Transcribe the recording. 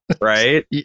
right